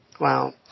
Wow